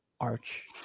arch